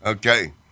Okay